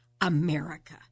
America